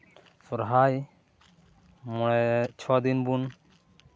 ᱥᱚᱨᱦᱟᱭ ᱢᱚᱬᱮ ᱪᱷᱚ ᱫᱤᱱ ᱵᱚᱱ